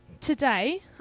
Today